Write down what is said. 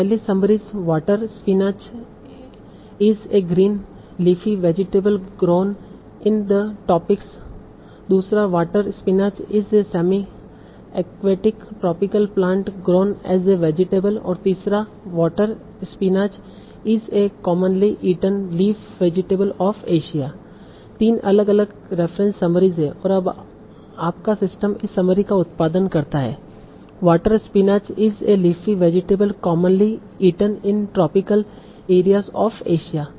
तो पहली summaries water spinach is a green leafy vegetable grown in the tropics दूसरा water spinach is a semi aquatic tropical plant grown as a vegetable और तीसरा water spinach is a commonly eaten leaf vegetable of Asia 3 अलग अलग reference summaries है और अब आपका system इस समरी का उत्पादन करता है water spinach is a leafy vegetable commonly eaten in tropical areas of Asia